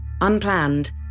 unplanned